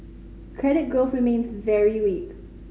credit growth remains very weak